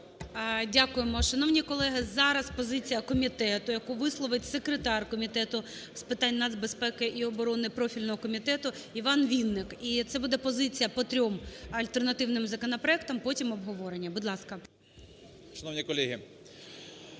Дякуємо. Шановні колеги, зараз позиція комітету, яку висловить секретар Комітету з питань нацбезпеки і оборони, профільного комітету, ІванВінник. І це буде позиція по трьом альтернативним законопроектам, потім обговорення. Будь ласка.